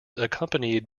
accompanied